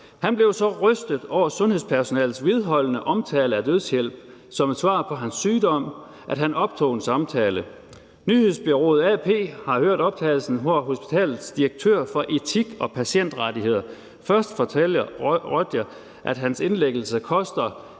Han blev så rystet over sundhedspersonalets vedholdende omtale af dødshjælp som et svar på hans sygdom, at han optog en samtale. Nyhedsbureauet AP har hørt optagelsen, hvor hospitalets direktør for etik og patientrettigheder først fortæller Roger, at hans indlæggelse koster